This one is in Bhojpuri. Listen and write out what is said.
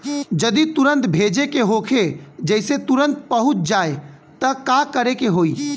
जदि तुरन्त भेजे के होखे जैसे तुरंत पहुँच जाए त का करे के होई?